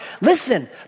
listen